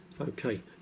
Okay